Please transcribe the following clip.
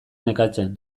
nekatzen